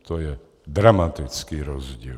To je dramatický rozdíl.